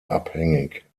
abhängig